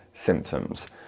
symptoms